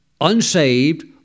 unsaved